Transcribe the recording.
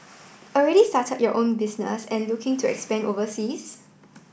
already started your own business and looking to expand overseas